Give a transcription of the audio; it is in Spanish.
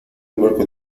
barco